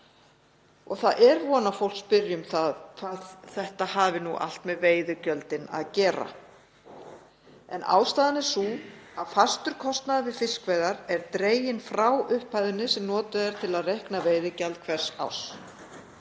Það er von að fólk spyrji hvað þetta hafi nú allt með veiðigjöldin að gera. Ástæðan er sú að fastur kostnaður við fiskveiðar er dreginn frá upphæðinni sem notuð er til að reikna veiðigjald hvers árs.